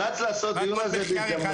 רק עוד מחקר אחד,